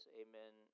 amen